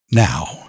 Now